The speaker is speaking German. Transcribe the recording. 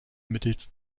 mittels